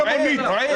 רועי,